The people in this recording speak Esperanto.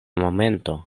momento